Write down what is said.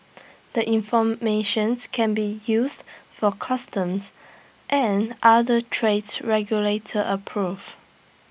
the informations can be used for customs and other trade regulator approve